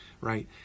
right